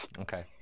okay